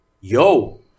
yo